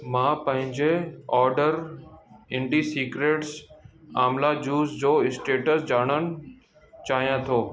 मां पंहिंजे ऑर्डर इन्डिसिक्रेट्स आमला जूस जो स्टेटस जाणन चाहियां थो